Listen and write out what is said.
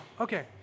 okay